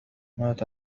مات